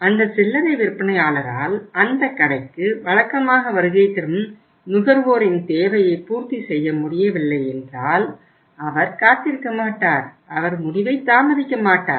அந்த சில்லறை விற்பனையாளரால் அந்த கடைக்கு வழக்கமாக வருகை தரும் நுகர்வோரின் தேவையை பூர்த்தி செய்ய முடியவில்லை என்றால் அவர் காத்திருக்க மாட்டார் அவர் முடிவை தாமதிக்க மாட்டார்